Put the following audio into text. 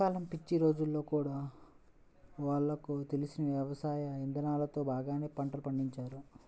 పాత కాలం పిచ్చి రోజుల్లో గూడా వాళ్లకు తెలిసిన యవసాయ ఇదానాలతోనే బాగానే పంటలు పండించారు